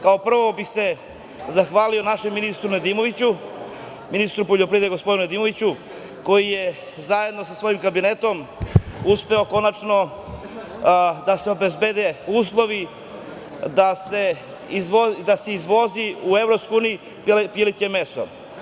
Kao prvo bih se zahvalio našem ministru poljoprivrede, gospodinu Nedimoviću, koji je zajedno sa svojim Kabinetom uspeo konačno da se obezbede uslovi da se izvozi u EU pileće meso.